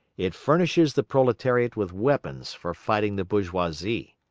it furnishes the proletariat with weapons for fighting the bourgeoisie.